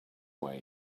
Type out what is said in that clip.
way